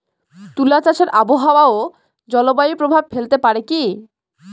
তুলা চাষে আবহাওয়া ও জলবায়ু প্রভাব ফেলতে পারে কি?